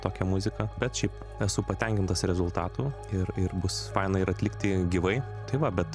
tokią muziką bet šiaip esu patenkintas rezultatu ir ir bus faina ir atlikti gyvai tai va bet